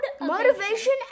motivation